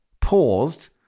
paused